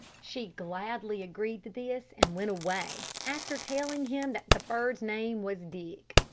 she gladly agreed to this and went away, after telling him that the bird's name was dick.